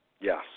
Yes